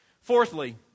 Fourthly